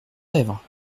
lèvres